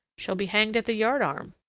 shall be hanged at the yardarm.